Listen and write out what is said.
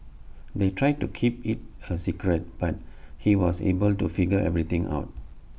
they tried to keep IT A secret but he was able to figure everything out